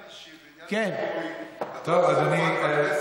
זה לא עניין אישי, זה עניין ציבורי.